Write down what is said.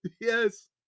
Yes